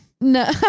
no